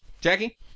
Jackie